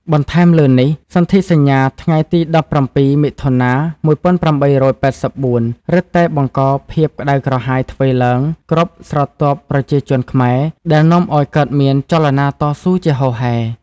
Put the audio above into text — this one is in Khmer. បន្ថែមលើនេះសន្ធិសញ្ញាថ្ងៃទី១៧ មិថុនា ១៨៨៤ រឹតតែបង្កភាពក្តៅក្រហាយទ្វេឡើងគ្រប់ស្រទាប់ប្រជាជនខ្មែរ ដែលនាំឱ្យកើតមានចលនាតស៊ូជាហូរហែ។